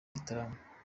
gitarama